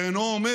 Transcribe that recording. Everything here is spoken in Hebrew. זה לא אומר